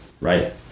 right